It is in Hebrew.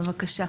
בבקשה.